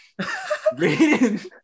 Raiden